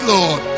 Lord